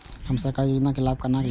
सरकारी योजना के लाभ केना लेब?